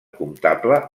comptable